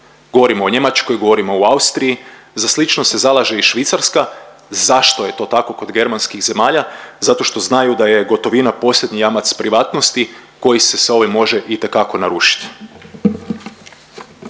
Govorim o Njemačkoj, govorim o Austriji, za slično se zalaže i Švicarska. Zašto je to tako kod germanskih zemalja? Zato što znaju da je gotovina posljednji jamac privatnosti koji se sa ovim može itekako narušit.